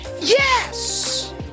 Yes